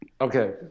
Okay